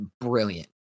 Brilliant